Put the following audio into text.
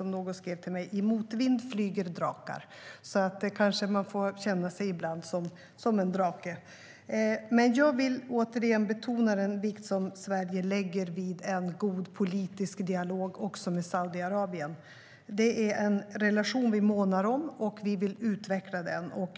Någon skrev till mig: "I motvind flyger drakar." Ibland kanske man får känna sig som en drake. Jag vill återigen betona den vikt som Sverige lägger vid en god politisk dialog också med Saudiarabien. Det är en relation vi månar om, och vi vill utveckla den.